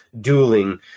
dueling